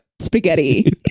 spaghetti